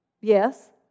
Yes